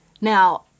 Now